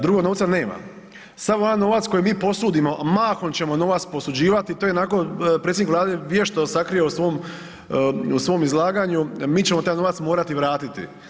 Drugog novca nema, sav ovaj novac koji mi posudimo, a mahom ćemo novac posuđivati to je onako predsjednik Vlade vješto sakrio u svom izlaganju, mi ćemo taj novac morati vratiti.